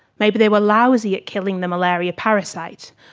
maybe they were lousy at killing the malaria parasites.